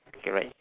okay right